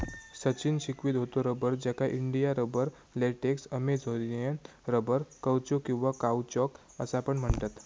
सचिन शिकवीत होतो रबर, ज्याका India rubber, latex, Amazonian rubber, caucho किंवा काउचॉक असा पण म्हणतत